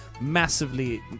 massively